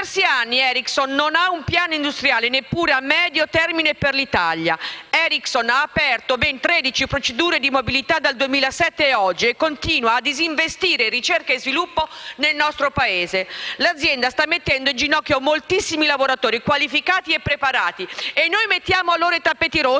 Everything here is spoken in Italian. Da diversi anni Ericsson non ha un piano industriale neppure a medio termine per l'Italia. Ericsson ha aperto ben 13 procedure di mobilità dal 2007 ad oggi e continua a disinvestire in ricerca e sviluppo nel nostro Paese. L'azienda sta mettendo in ginocchio moltissimi lavoratori qualificati e preparati. E noi mettiamo loro i tappeti rossi?